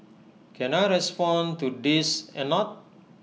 can I respond to this A not